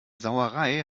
sauerei